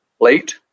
late